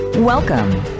Welcome